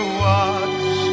watch